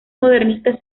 modernistas